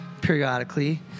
periodically